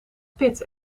pitt